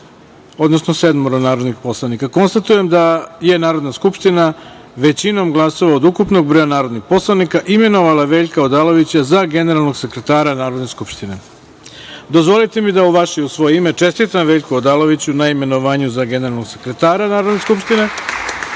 glasalo sedam narodnih poslanika. Konstatujem da je Narodna skupština, većinom glasova od ukupnog broja narodnih poslanika, imenovala Veljka Odalovića za generalnog sekretara Narodne skupštine. Dozvolite mi da, u vaše i svoje ime, čestitam Veljku Odaloviću na imenovanju za generalnog sekretara Narodne skupštine. Molim